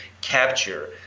capture